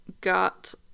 got